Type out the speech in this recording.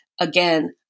again